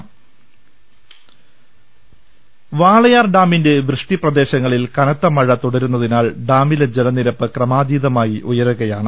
ള ൽ ൾ വാളയാർ ഡാമിന്റെ വൃഷ്ടി പ്രദേശങ്ങളിൽ കനത്ത മഴ തുടരുന്നതി നാൽ ഡാമിലെ ജലനിരപ്പ് ക്രമാതീതമായി ഉയരുകയാണ്